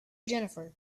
jennifer